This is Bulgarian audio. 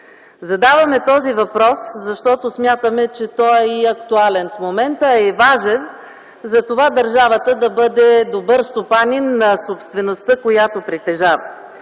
Задаваме този въпрос, защото смятаме, че той е актуален и в момента, а и важен за това държавата да бъде добър стопанин на собствеността, която притежава.